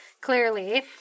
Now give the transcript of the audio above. Clearly